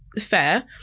fair